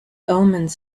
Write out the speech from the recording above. omens